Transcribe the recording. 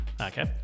Okay